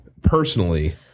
personally